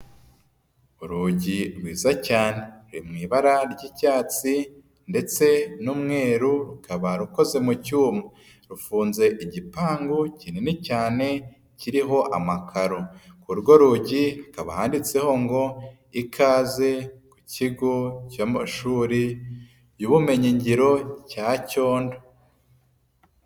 Urugi rwiza cyane, ruri mu ibara ry'icyatsi ndetse n'umweru rukaba rukoze mu cyuma, rufunze igipangu kinini cyane kiriho amakaro, ku rwo rugi hakaba handitseho ngo ikaze ku kigo cy'amashuri y'ubumenyingiro cya Cyondo.